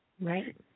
Right